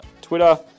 twitter